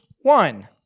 one